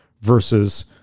versus